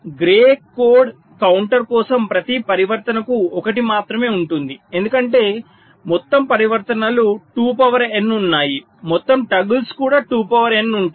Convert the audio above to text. grey code counter కోసం ప్రతి పరివర్తనకు ఒకటి మాత్రమే ఉంటుంది ఎందుకంటే మొత్తం పరివర్తనలు 2 పవర్ n ఉన్నాయి మొత్తం టోగుల్స్ కూడా 2 పవర్ n ఉంటాయి